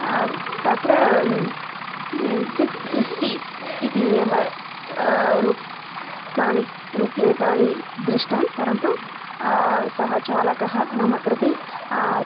तत्र six fifty इति एव रूप्यकाणि रूप्यकाणि दृष्टं परन्तु सः चालकः मम कृते